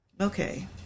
Okay